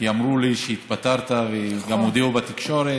כי אמרו לי שהתפטרת וגם הודיעו בתקשורת.